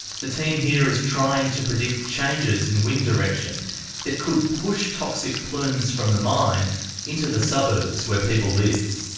the team here is trying to predict changes in wind direction that could push toxic plumes from the mine into the suburbs where people live.